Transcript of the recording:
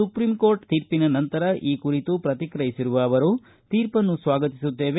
supreme court ತೀರ್ಪಿನ ನಂತರ ಈ ಕುರಿತು ಪ್ರತಿಕ್ರಯಿಸಿದ ಅವರು ತೀರ್ಪನ್ನು ಸ್ವಾಗತಿಸುತ್ತೇವೆ